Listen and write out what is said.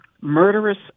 murderous